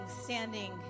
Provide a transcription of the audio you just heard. standing